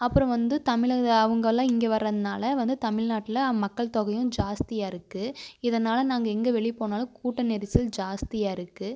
அப்புறம் வந்து தமிழக அவங்கள்லாம் இங்கே வர்றதுனால் வந்து தமில்நாட்டில் மக்கள் தொகையும் ஜாஸ்தியாக இருக்குது இதனால் நாங்கள் எங்கள் வெளியே போனாலும் கூட்ட நெரிசல் ஜாஸ்தியாக இருக்குது